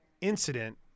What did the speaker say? incident